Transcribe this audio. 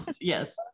Yes